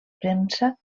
premsa